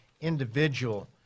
individual